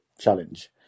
challenge